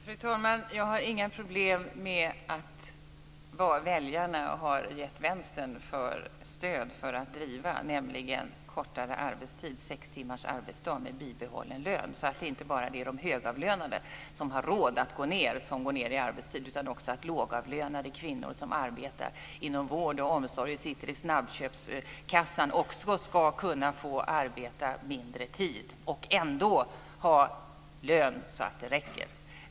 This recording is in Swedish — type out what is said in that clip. Fru talman! Jag har inga problem med vad väljarna har gett Vänstern för stöd för att driva, nämligen kortad arbetstid, sex timmars arbetsdag med bibehållen lön så att det inte bara är de högavlönade som har råd att gå ned i arbetstid utan att också de lågavlönade kvinnor som arbetar inom vård och omsorg och som sitter vid en snabbköpskassa ska arbeta mindre tid och ändå ha lön så att den räcker.